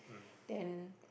then